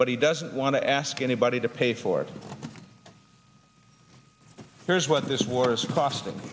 but he doesn't want to ask anybody to pay for it here's what this war's costing